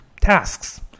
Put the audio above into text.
tasks